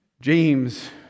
James